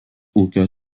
ūkio